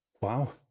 Wow